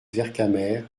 vercamer